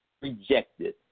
rejected